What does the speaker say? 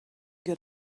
got